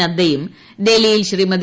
നദ്ദയും ഡൽഹിയിൽ ശ്രീമതി